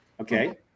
okay